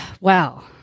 wow